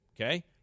Okay